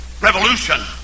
revolution